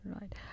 Right